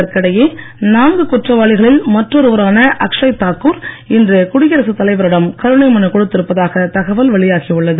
இதற்கிடையே நான்கு குற்றவாளிகளில் மற்றொருவரான அக்சய் தாக்கூர் இன்று குடியரசுத் தலைவரிடம் கருணை மனு கொடுத்திருப்பதாக வெளியாகி உள்ளது